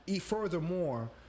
furthermore